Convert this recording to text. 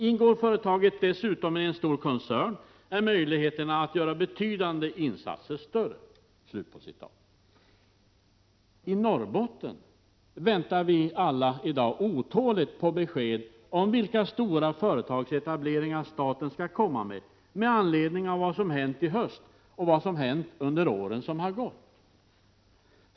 Ingår företaget dessutom i en stor koncern är möjligheterna att göra betydande insatser större.” I Norrbotten väntar vi alla otåligt på besked om vilka stora företagsetableringar staten skall presentera med anledning av vad som hänt i höst och vad som hänt under åren som gått.